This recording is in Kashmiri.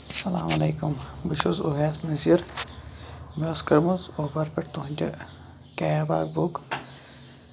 اَسلام علیکُم بہٕ چھُس اُویس نٔزیٖر مےٚ ٲسۍ کٔرمٕژ اوبر پٮ۪ٹھ تُہندِ کیب اکھ بُک